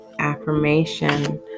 Affirmation